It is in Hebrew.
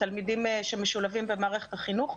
תלמידים שמשולבים במערכת החינוך.